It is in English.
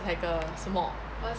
like a 什么